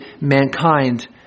mankind